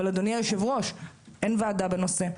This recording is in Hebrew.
אבל, אדוני היושב-ראש, אין ועדה בנושא.